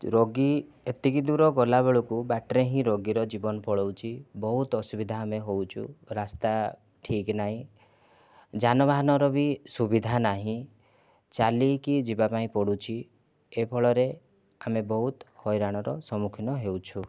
ରୋଗୀ ଏତିକିଦୂର ଗଲାବେଳୁକୁ ବାଟେରେ ହିଁ ରୋଗୀର ଜୀବନ ପଳାଉଛି ବହୁତ ଅସୁବିଧା ଆମେ ହେଉଛୁ ରାସ୍ତା ଠିକ୍ ନାହିଁ ଯାନବାହନର ବି ସୁବିଧା ନାହିଁ ଚାଲିକି ଯିବାପାଇଁ ପଡ଼ୁଛି ଏହିଫଳରେ ଆମେ ବହୁତ ହଇରାଣର ସମ୍ମୁଖୀନ ହେଉଛୁ